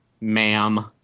ma'am